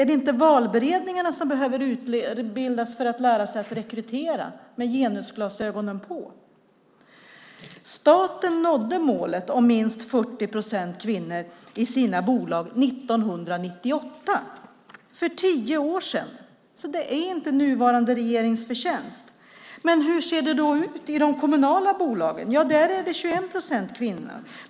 Är det inte valberedningarna som behöver utbildas för att lära sig att rekrytera med genusglasögonen på? Staten nådde målet om minst 40 procent kvinnor i sina bolag 1998. Det var tio år sedan, så det är inte nuvarande regerings förtjänst. Men hur ser det då ut i de kommunala bolagen? Ja, där är det 21 procent kvinnor.